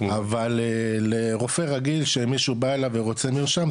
אבל לרופא רגיל שמישהו בא אליו ורוצה מרשם,